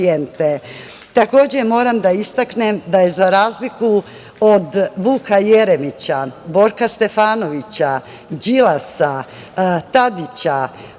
moram da istaknem da je za razliku od Vuka Jeremića, Borka Stefanovića, Đilasa, Tadića,